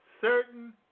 certain